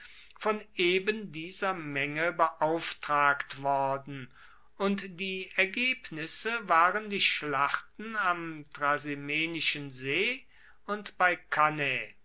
von eben dieser menge beauftragt worden und die ergebnisse waren die schlachten am trasimenischen see und bei cannae